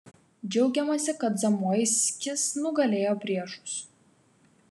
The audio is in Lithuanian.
džiaugiamasi kad zamoiskis nugalėjo priešus